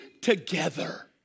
together